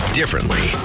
differently